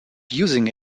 using